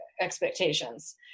expectations